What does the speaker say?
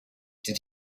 did